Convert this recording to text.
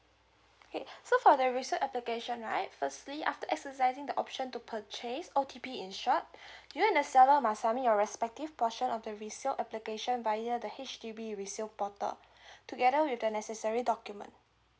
okay so for the resale application right firstly after exercising the option to purchase all to be in short you and the seller must submit your respective portion of the resale application via the H_D_B resale portal together with the necessary documents